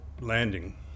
landing